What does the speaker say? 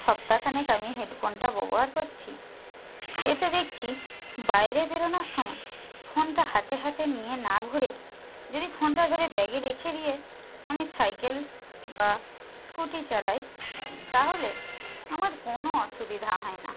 সপ্তাহখানেক আমি হেডফোনটা ব্যবহার করছি এতে দেখছি বাইরে বেরনোর সময় ফোনটা হাতে হাতে নিয়ে না ঘুরে যদি ফোনটা ধরে ব্যাগে রেখে দিয়ে আমি সাইকেল বা স্কুটি চালাই তাহলে আমার কোনও অসুবিধা হয় না